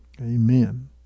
Amen